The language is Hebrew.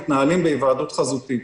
מתנהלים בהיוועדות חזותית.